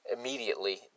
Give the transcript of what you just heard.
immediately